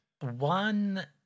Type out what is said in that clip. One